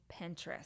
Pinterest